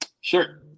Sure